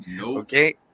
Okay